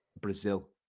Brazil